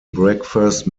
breakfast